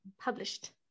published